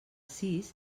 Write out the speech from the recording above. sis